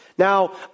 Now